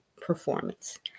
performance